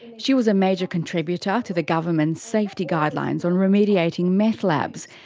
she was a major contributor to the government's safety guidelines on remediating meth labs,